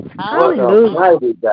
Hallelujah